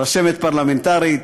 רשמת פרלמנטרית,